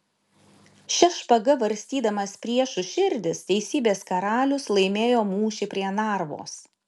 šia špaga varstydamas priešų širdis teisybės karalius laimėjo mūšį prie narvos